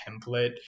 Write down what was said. template